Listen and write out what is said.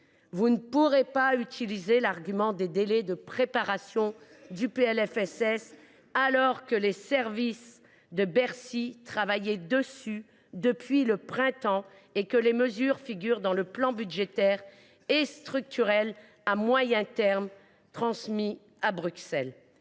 Vous ne pourrez pas utiliser l’argument des délais de préparation du PLFSS, alors que les services de Bercy travaillaient sur ce texte depuis le printemps dernier et que les mesures figurent dans le plan budgétaire et structurel de moyen terme (PSMT) transmis à Bruxelles.